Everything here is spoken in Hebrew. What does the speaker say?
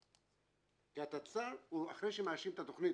כי אחרי שמאשרים את התוכנית,